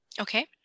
Okay